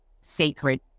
sacred